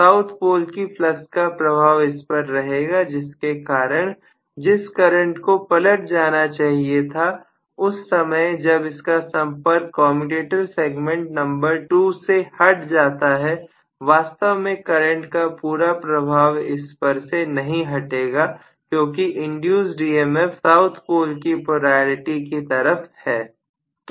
south pole की flux का प्रभाव इस पर रहेगा जिसके कारण जिस करंट को पलट जाना चाहिए था उस समय जब इसका संपर्क कमयुटेटर सेगमेंट नंबर 2 से हट जाता है वास्तव में करंट का पूरा प्रभाव इस पर से नहीं हटेगा क्योंकि इंड्यूस्ड ईएमएफ साउथ पोल की पोलैरिटी की तरफ है